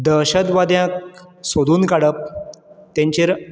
दहशतवाद्यांक सोदून काडप तेंचेर